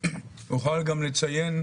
אני יכול לציין,